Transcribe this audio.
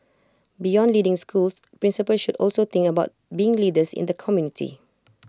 beyond leading schools principals should also think about being leaders in the community